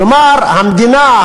כלומר המדינה,